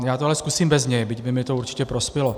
Já to ale zkusím bez něj, byť by mi to určitě prospělo.